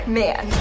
man